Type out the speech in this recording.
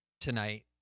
tonight